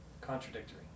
contradictory